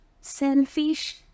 selfish